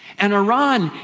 and iran